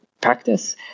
practice